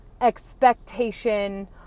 expectation